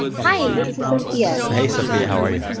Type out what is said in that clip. hi. this is sophia hey, sophia. how are you?